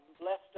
blessed